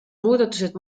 muudatused